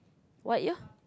what year